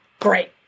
great